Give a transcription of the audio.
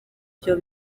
byo